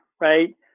right